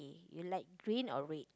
you like green or red